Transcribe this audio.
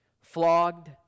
flogged